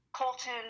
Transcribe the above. colton